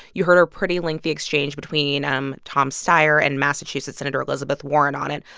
you heard a pretty lengthy exchange between um tom steyer and massachusetts senator elizabeth warren on it,